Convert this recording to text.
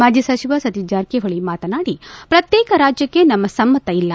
ಮಾಜಿ ಸಚಿವ ಸತೀತ್ ಜಾರಕಿಹೊಳಿ ಮಾತನಾಡಿ ಪ್ರತ್ಯೇಕ ರಾಜ್ಯಕ್ಷೆ ನಮ್ಮ ಸಮ್ಮತ ಇಲ್ಲ